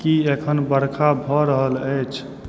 की एखन बरखा भऽ रहल अछि